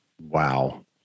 Wow